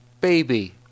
Baby